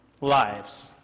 lives